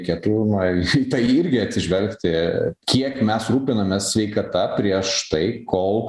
reikėtų na į tai irgi atsižvelgti kiek mes rūpinamės sveikata prieš tai kol